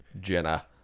Jenna